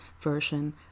version